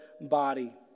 body